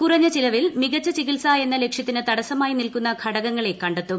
കുറഞ്ഞ ചിലവിൽ മികച്ച ചികിത്സ എന്ന ലക്ഷ്യത്തിന് തടസ്സമായി നിൽക്കുന്ന ഘടകങ്ങളെ കണ്ടെത്തും